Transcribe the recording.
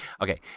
Okay